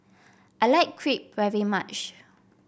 I like Crepe very much